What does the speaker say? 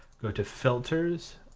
go to filters,